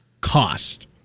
cost